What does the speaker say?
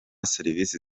serivisi